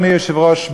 אדוני היושב-ראש,